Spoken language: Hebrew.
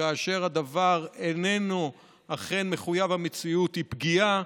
כאשר הדבר איננו אכן מחויב המציאות היא פגיעה,